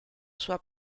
sua